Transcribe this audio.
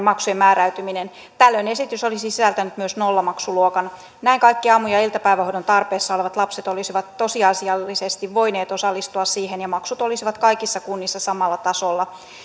maksujen määräytyminen tällöin esitys olisi sisältänyt myös nollamaksuluokan näin kaikki aamu ja iltapäivähoidon tarpeessa olevat lapset olisivat tosiasiallisesti voineet osallistua siihen ja maksut olisivat kaikissa kunnissa samalla tasolla